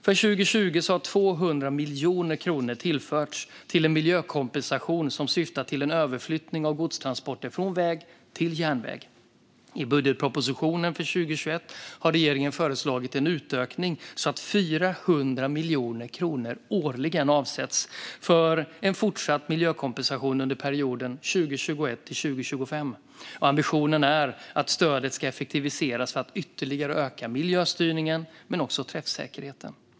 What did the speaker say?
För 2020 har 200 miljoner kronor tillförts till en miljökompensation som syftar till en överflyttning av godstransporter från väg till järnväg. I budgetpropositionen för 2021 har regeringen föreslagit en utökning så att 400 miljoner kronor årligen avsätts för en fortsatt miljökompensation under perioden 2021-2025. Ambitionen är att stödet ska effektiviseras för att ytterligare öka miljöstyrningen och träffsäkerheten.